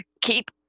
keep